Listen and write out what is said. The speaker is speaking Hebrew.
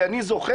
כי אני זוכר,